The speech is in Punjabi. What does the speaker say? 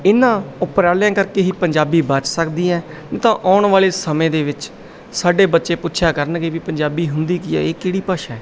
ਇਨਾਂ ਉਪਰਾਲਿਆਂ ਕਰਕੇ ਹੀ ਪੰਜਾਬੀ ਬਚ ਸਕਦੀ ਹੈ ਨਹੀਂ ਤਾਂ ਆਉਣ ਵਾਲੇ ਸਮੇਂ ਦੇ ਵਿੱਚ ਸਾਡੇ ਬੱਚੇ ਪੁੱਛਿਆ ਕਰਨਗੇ ਵੀ ਪੰਜਾਬੀ ਹੁੰਦੀ ਕੀ ਹੈ ਇਹ ਕਿਹੜੀ ਭਾਸ਼ਾ ਹੈ